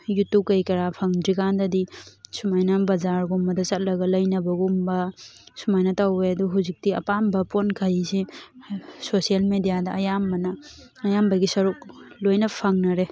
YouTube ꯀꯔꯤ ꯀꯔꯥ ꯐꯪꯗ꯭ꯔꯤꯀꯥꯟꯗꯗꯤ ꯁꯨꯃꯥꯏꯅ ꯕꯖꯥꯔꯗꯒꯨꯝꯕꯗ ꯆꯠꯂꯒ ꯂꯩꯅꯕꯒꯨꯝꯕ ꯁꯨꯃꯥꯏꯅ ꯇꯧꯋꯦ ꯑꯗꯨ ꯍꯧꯖꯤꯛꯇꯤ ꯑꯄꯥꯝꯕ ꯄꯣꯠꯃꯈꯩꯁꯦ ꯁꯣꯁ꯭ꯌꯦꯜ ꯃꯦꯗꯤꯌꯥꯗ ꯑꯌꯥꯝꯕꯅ ꯑꯌꯥꯝꯕꯒꯤ ꯁꯔꯨꯛ ꯂꯣꯏꯅ ꯐꯪꯅꯔꯦ